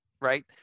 Right